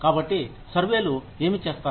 కాబట్టి సర్వేలు ఏమి చేస్తాయి